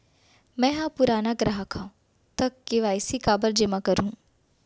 मैं ह पुराना ग्राहक हव त के.वाई.सी काबर जेमा करहुं?